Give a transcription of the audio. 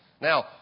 Now